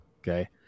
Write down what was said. Okay